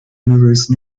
universe